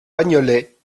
bagnolet